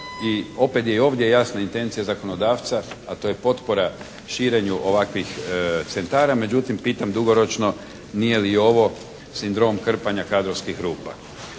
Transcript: i opet je ovdje jasna intencija zakonodavca, a to je potpora širenju ovakvih centara. Međutim, pitam dugoročno nije li ovo sindrom krpanja kadrovskih rupa?